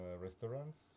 restaurants